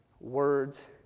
words